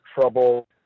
trouble